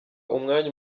umwanya